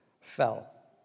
fell